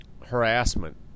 harassment